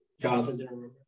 Jonathan